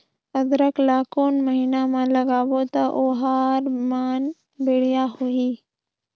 अदरक ला कोन महीना मा लगाबो ता ओहार मान बेडिया होही?